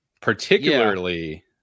particularly